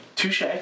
Touche